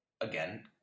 again